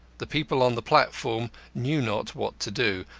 the people on the platform knew not what to do.